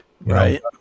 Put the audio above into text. right